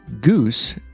goose